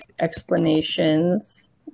explanations